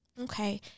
okay